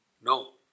No